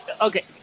Okay